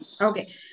okay